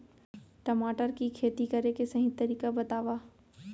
टमाटर की खेती करे के सही तरीका बतावा?